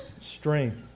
strength